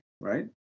right